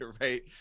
right